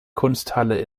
kunsthalle